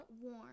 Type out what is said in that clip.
warm